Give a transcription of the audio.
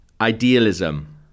Idealism